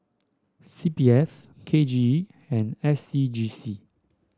C P F K J E and S C G C